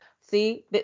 see